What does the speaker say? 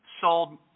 sold